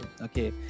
okay